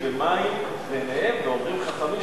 ואומרים חכמים,